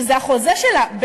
שזה בעצם החוזה שלה,